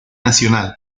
nacional